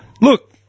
Look